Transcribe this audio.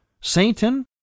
Satan